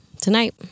Tonight